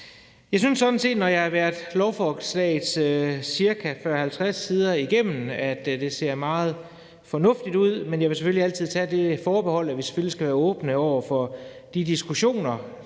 Jeg synes sådan set, når jeg har været lovforslagets 40-50 sider igennem, at det ser meget fornuftigt ud, men jeg vil selvfølgelig altid tage det forbehold, at vi selvfølgelig skal være åbne over for de diskussioner,